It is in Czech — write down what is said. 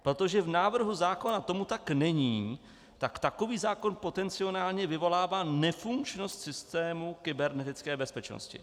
Protože v návrhu zákona tomu tak není, tak takový zákon potenciálně vyvolává nefunkčnost systému kybernetické bezpečnosti.